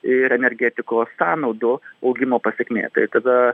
ir energetikos sąnaudų augimo pasekmė kai tada